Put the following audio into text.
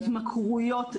התמכרויות,